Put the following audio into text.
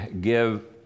give